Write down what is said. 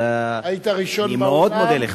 אבל, היית ראשון באולם.